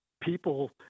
people—